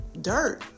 dirt